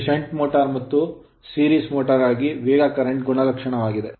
ಇದು shunt motor shunt motor ಮತ್ತು series motor ಸರಣಿ ಮೋಟರ್ ಗಾಗಿ ವೇಗ ಕರೆಂಟ್ ಗುಣಲಕ್ಷಣವಾಗಿದೆ